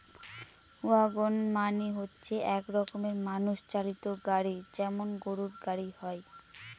wagon মানে হচ্ছে এক রকমের মানুষ চালিত গাড়ি যেমন গরুর গাড়ি হয়